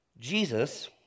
Jesus